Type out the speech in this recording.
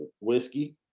Whiskey